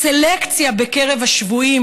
סלקציה בקרב השבויים